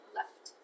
left